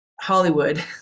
Hollywood